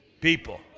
people